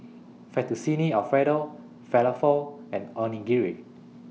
Fettuccine Alfredo Falafel and Onigiri